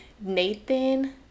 nathan